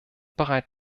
bereit